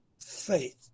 faith